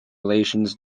relations